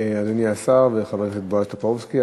אדוני השר, ולחבר הכנסת בועז טופורובסקי.